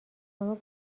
شما